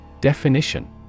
Definition